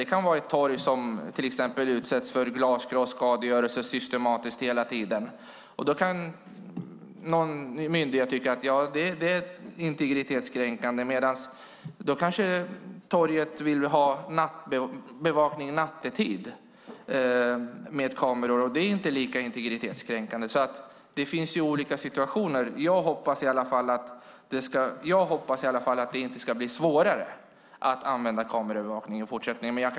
Det kan till exempel vara ett torg som ständigt utsätts för systematisk skadegörelse. Någon myndighet kan tycka att kameraövervakning är integritetskränkande, och då kanske man i stället vill ha bevakning av torget nattetid, vilket ju inte lika integritetskränkande. Det finns alltså olika situationer. Jag hoppas att det åtminstone inte ska bli svårare att använda kameraövervakning i fortsättningen.